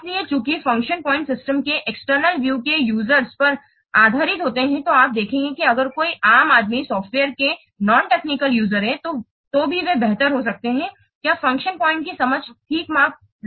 इसलिए चूंकि function point system के एक्सटर्नल व्यू के यूजरस पर आधारित होते हैं जो आप देखेंगे कि अगर कोई आम आदमी सॉफ्टवेयर के नॉन टेक्निकल यूजर हैं तो भी वे बेहतर हो सकते हैं क्या फंक्शन पॉइंट्स की समझ ठीक माप रहे हैं